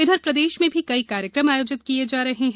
इधर प्रदेश में भी कई कार्यक्रम आयोजित किये जा रहे हैं